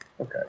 Okay